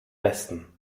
westen